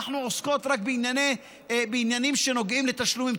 אנחנו עוסקים רק בעניינים שנוגעים לתשלומים,